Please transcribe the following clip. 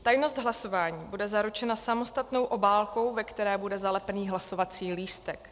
Tajnost hlasování bude zaručena samostatnou obálkou, ve které bude zalepený hlasovací lístek.